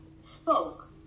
spoke